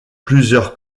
plusieurs